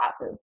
classes